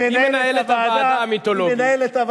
היא מנהלת הוועדה המיתולוגית.